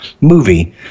movie